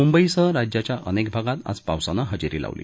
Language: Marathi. म्ंबईसह राज्याच्या अनेक भागात आज पावसानं हजेरी लावली